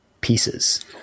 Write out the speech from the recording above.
pieces